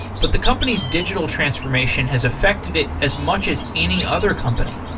but the company's digital transformation has affected it as much as any other company.